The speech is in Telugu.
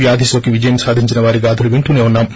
వ్యాధి నోకి విజయం సాధించిన వారి గాధలు వింటూనే వున్సాము